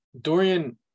Dorian